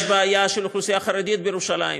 יש בעיה של האוכלוסייה החרדית בירושלים,